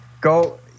Go